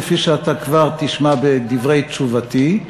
כפי שאתה כבר תשמע בדברי תשובתי.